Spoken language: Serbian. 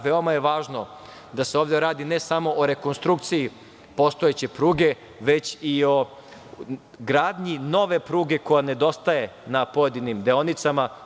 Veoma je važno da se ovde radi ne samo o rekonstrukciji postojeće pruge, već i o gradnji nove pruge koja nedostaje na pojedinim deonicama.